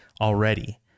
already